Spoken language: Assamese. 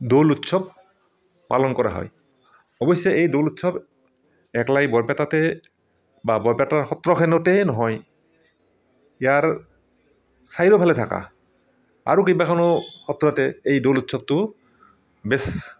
দৌল উৎসৱ পালন কৰা হয় অৱশ্যে এই দৌল উৎসৱ একলাই বৰপেটাতে বা বৰপেটা সত্ৰখনতে নহয় ইয়াৰ চাৰিওফালে থকা আৰু কেইবাখনো সত্ৰতে এই দৌল উৎসৱটো বেছ